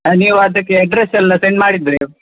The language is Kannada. ನೀವು ಅದಕ್ಕೆ ಎಡ್ರೆಸ್ಸ್ ಎಲ್ಲ ಸೆಂಡ್ ಮಾಡಿದರೆ